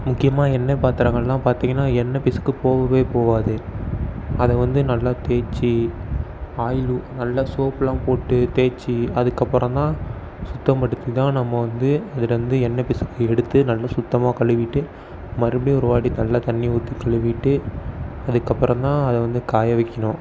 முக்கியமாக எண்ணெய் பாத்திரங்களெலாம் பார்த்திங்கனா எண்ணெய் பிசுக்கு போகவே போகாது அதை வந்து நல்லா தேய்ச்சி ஆயில் ஊ நல்லா சோப்பெலாம் போட்டு தேய்ச்சி அதுக்கப்புறம் தான் சுத்தப்படுத்தி தான் நம்ம வந்து அதிலேந்து எண்ணெய் பிசுக்கு எடுத்து நல்ல சுத்தமாக கழுவிட்டு மறுபடி ஒருவாட்டி நல்லா தண்ணி ஊற்றி கழுவிட்டு அதுக்கப்புறம்தான் அதை வந்து காய வைக்கணும்